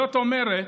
זאת אומרת,